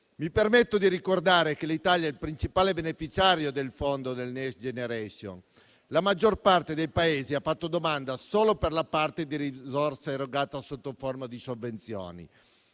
Mi permetto di ricordare che l'Italia è il principale beneficiario del fondo del Next generation EU. La maggior parte dei Paesi ha fatto domanda solo per la parte di risorse erogate sotto forma di sovvenzioni